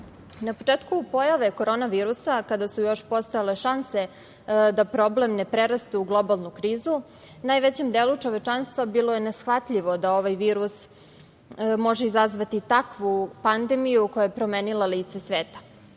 Na početku pojave korona virusa, kada su još postojale šanse da problem ne prerasta u globalnu krizu, najvećem delu čovečanstva bilo je neshvatljivo da ovaj virus može izazvati takvu pandemiju koja je promenila lice sveta.